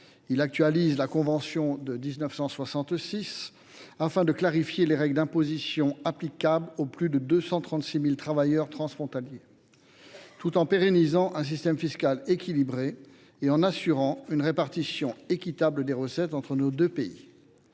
Il actualise la convention de 1966 afin de clarifier les règles d’imposition applicables aux plus de 236 000 travailleurs transfrontaliers, tout en pérennisant un système fiscal équilibré et en assurant une répartition équitable des recettes entre nos deux pays.